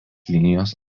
linijos